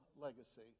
legacy